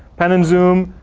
pan and zoom,